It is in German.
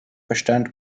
bestand